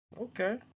Okay